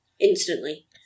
instantly